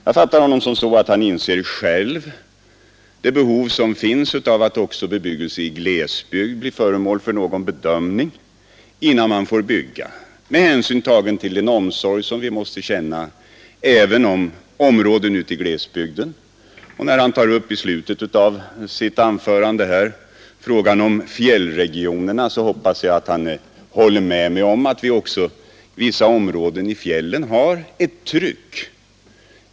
Jag förstod det så att han själv inser det behov som finns av att glesbebyggelse också blir föremål för någon bedömning från samhällets sida innan man får bygga, och detta med hänsyn till den omsorg vi måste känna även för glesbygden. Herr Nilsson i Tvärålund tog i slutet av sitt anförande upp frågan om fjällregionerna. Jag hoppas att han håller med mig om att också vissa områden i fjällen är utsatta för ett tryck —t.ex.